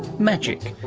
magic.